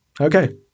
okay